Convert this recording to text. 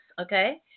okay